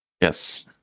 Yes